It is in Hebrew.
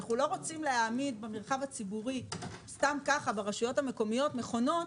אנחנו לא רוצים להעמיד במרחב הציבורי ברשויות המקומיות מכונות,